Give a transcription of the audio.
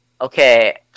Okay